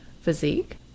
physique